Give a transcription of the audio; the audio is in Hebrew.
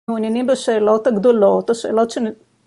מעוניינים בשאלות הגדולות, השאלות ש...